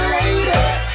lady